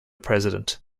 president